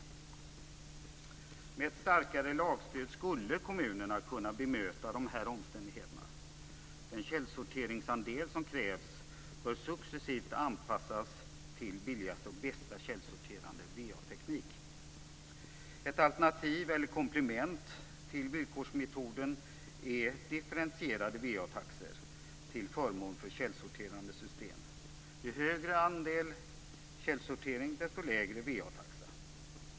Med ett starkare lagstöd skulle kommunerna kunna bemöta de här omständigheterna. Den källsorteringsandel som krävs bör successivt anpassas till billigaste och bästa källsorterande va-teknik. Ett alternativ eller komplement till villkorsmetoden är differentierade va-taxor till förmån för källsorterande system. Ju högre andel källsortering, desto lägre va-taxa.